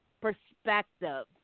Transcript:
perspective